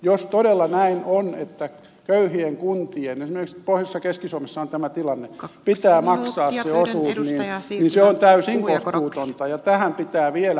jos todella näin on että köyhien kuntien esimerkiksi pohjois ja keski suomessa on tämä tilanne pitää maksaa se osuus niin se täysin kohtuutonta ja tähän pitää vielä paneutua